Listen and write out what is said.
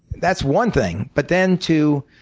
that's one thing. but then to